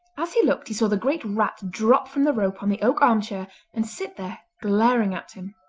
as he looked he saw the great rat drop from the rope on the oak arm-chair and sit there glaring at him.